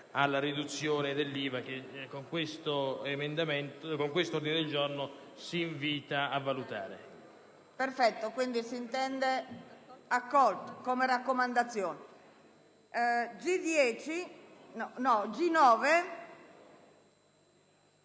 alla riduzione dell'IVA che con quest'ordine del giorno si invita a valutare,